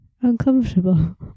uncomfortable